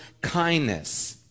kindness